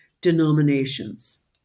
denominations